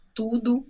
tudo